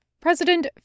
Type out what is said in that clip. President